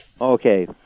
Okay